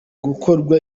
gukorwa